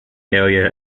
area